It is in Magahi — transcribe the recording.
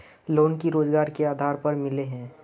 लोन की रोजगार के आधार पर मिले है?